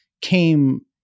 came